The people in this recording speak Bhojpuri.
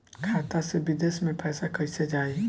खाता से विदेश मे पैसा कईसे जाई?